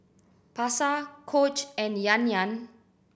Pasar Coach and Yan Yan